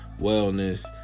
wellness